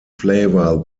flavor